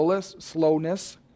slowness